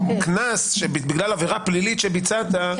קנס בגלל עבירה פלילית שביצעת,